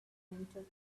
into